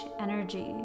energy